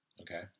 Okay